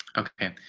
okay,